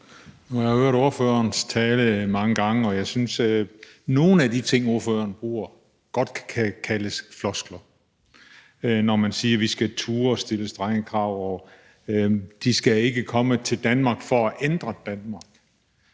jeg hørt ordføreren tale mange gange, og jeg synes godt at nogle af de ting, som ordføreren siger, kan kaldes floskler, når han siger: Vi skal turde stille strenge krav, de skal ikke komme til Danmark for at ændre Danmark,